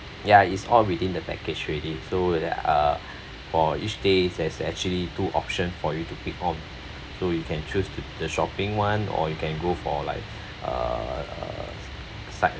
ya is all within the package already so that uh for each day there's actually two option for you to pick on so you can choose to the shopping [one] or you can go for like uh sight